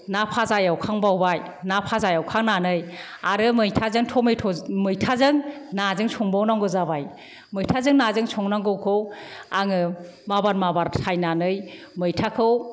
ना भाजा एवखांबावबाय ना भाजा एवखांनानै आरो मैथाजों टमेट'जों मैथाजों नाजों संबावनांगौ जाबाय मैथाजों नाजों संनांगौखौ आङो माबार माबार सायनानै मैथाखौ